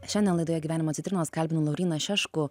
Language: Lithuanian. šiandien laidoje gyvenimo citrinos kalbinu lauryną šeškų